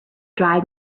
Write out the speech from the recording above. dried